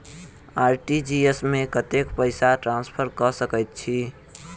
RTGS मे कतेक पैसा ट्रान्सफर कऽ सकैत छी?